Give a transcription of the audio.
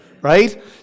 right